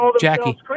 Jackie